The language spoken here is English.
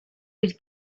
would